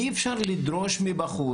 אי אפשר לדרוש מבחור,